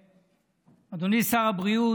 אדוני שר הבריאות,